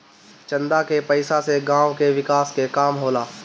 चंदा के पईसा से गांव के विकास के काम होला